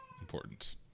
important